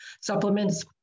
supplements